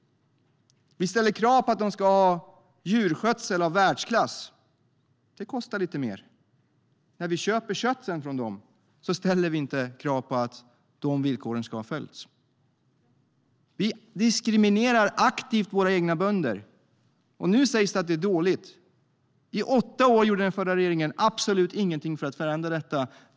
Vi ställer krav på att de ska ha djurskötsel i världsklass. Det kostar lite mer. När vi sedan ska köpa kött ställer vi inte krav på att de villkoren ska ha följts. Vi diskriminerar aktivt våra egna bönder. Nu sägs det att det är dåligt. Under åtta år gjorde den förra regeringen absolut ingenting för att förändra detta.